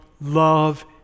love